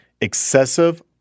excessive